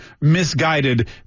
misguided